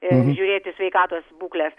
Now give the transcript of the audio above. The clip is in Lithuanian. žiūrėti sveikatos būklės